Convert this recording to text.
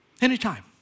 Anytime